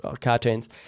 cartoons